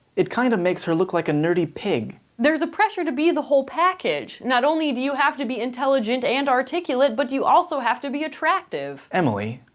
it kinda makes her look like a nerdy pig. there's a pressure to be the whole package. not only do you have to be intelligent and articulate, but you also have to be attractive. emily,